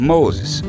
Moses